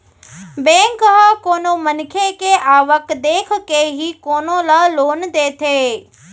bank ह कोनो मनखे के आवक देखके ही कोनो ल लोन देथे